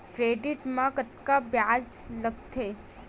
Credit मा कतका ब्याज लगथे?